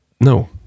no